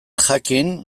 jakin